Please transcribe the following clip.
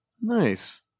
Nice